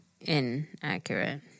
inaccurate